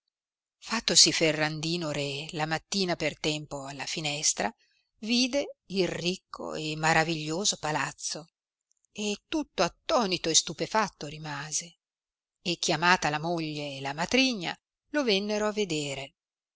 fattosi ferrandino re la mattina per tempo alla finestra vide il ricco e maraviglioso palazzo e tutto attonito e stupefatto rimase e chiamata la moglie e la matrigna lo vennero a vedere